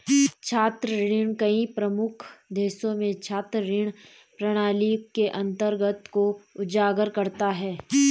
छात्र ऋण कई प्रमुख देशों में छात्र ऋण प्रणाली के अंतर को उजागर करता है